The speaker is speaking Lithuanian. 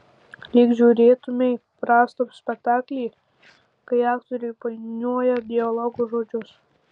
lyg žiūrėtumei prastą spektaklį kai aktoriai painioja dialogo žodžius